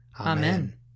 Amen